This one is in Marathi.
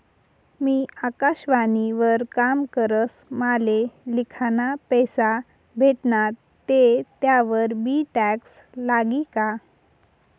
मी आकाशवाणी वर काम करस माले लिखाना पैसा भेटनात ते त्यावर बी टॅक्स लागी का?